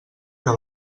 que